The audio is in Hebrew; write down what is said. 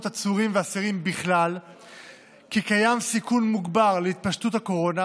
עצורים ואסירים בכלל כי קיים סיכון מוגבר להתפשטות הקורונה,